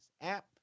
app